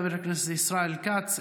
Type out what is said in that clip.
חבר הכנסת ישראל כץ,